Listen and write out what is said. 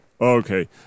Okay